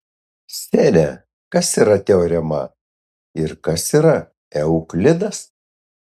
sere kas yra teorema ir kas yra euklidas